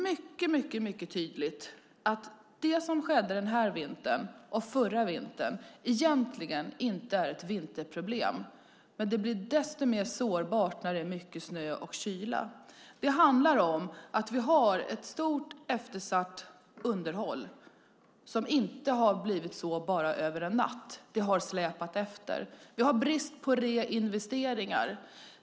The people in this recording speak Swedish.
Det är nämligen mycket tydligt att det som skedde den här vintern och förra vintern egentligen inte handlar om ett vinterproblem. Men det blir desto mer sårbart när det är mycket snö och kyla. Det handlar om att vi har ett stort eftersatt underhåll som inte har blivit så bara över en natt. Det har släpat efter. Vi har brist på reinvesteringar.